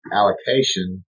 allocation